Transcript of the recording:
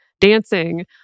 dancing